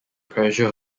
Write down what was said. pressure